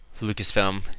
Lucasfilm